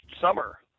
summer